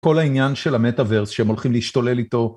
כל העניין של המטאברס שהם הולכים להשתולל איתו